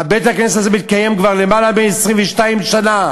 בית-הכנסת הזה מתקיים כבר למעלה מ-22 שנה.